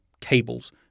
cables